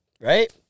right